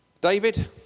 David